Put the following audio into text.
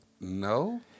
no